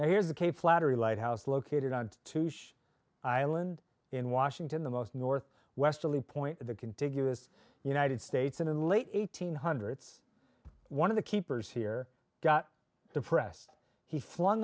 now here's the cape flattery lighthouse located on to show island in washington the most north westerly point in the contiguous united states in late eighteen hundreds one of the keepers here got depressed he flung